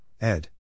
ed